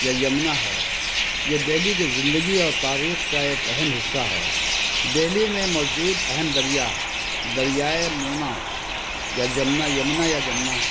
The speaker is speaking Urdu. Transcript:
یا یمنا ہے یہ دہلی کی زندگی اور تاریخ کا ایک اہم حصہ ہے دہلی میں موجود اہم دریا دریائے مونا یا جمنا یمنا یا جمنا